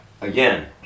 again